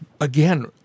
Again